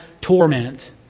torment